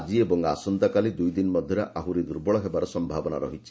ଆଜି ଓ ଆସନ୍ତାକାଲି ଦୁଇଦିନ ମଧ୍ୟରେ ଆହୁରି ଦୁର୍ବଳ ହେବାର ସମ୍ଭାବନା ଅଛି